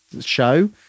show